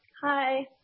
hi